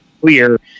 clear